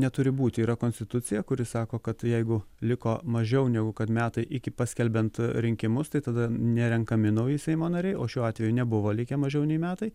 neturi būti yra konstitucija kuri sako kad jeigu liko mažiau negu kad metai iki paskelbiant rinkimus tai tada nerenkami nauji seimo nariai o šiuo atveju nebuvo likę mažiau nei metai